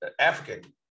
African